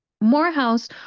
Morehouse